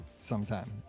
sometime